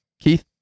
Keith